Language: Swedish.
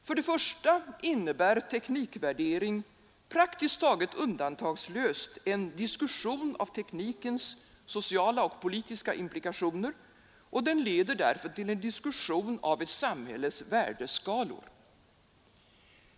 För det första innebär teknikvärdering praktiskt taget undantagslöst en diskussion av teknikens sociala och politiska implikationer, och den leder därför till en diskussion av ett samhälles värdeskalor.